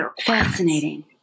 Fascinating